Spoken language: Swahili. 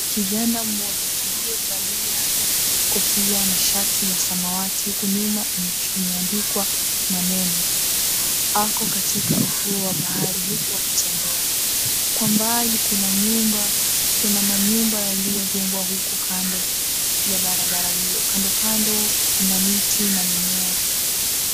Kijana mmoja, aliyevalia kofia na shati ya samawati huku nyuma imeandikwa maneno, ako katika ufuo wa bahari huku akitembea. Kwa mbali kuna manyumba yaliyojengwa huku kando ya barabara hiyo. Kandokando kuna na miti na mimea.